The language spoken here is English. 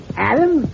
Adam